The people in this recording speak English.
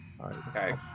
Okay